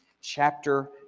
chapter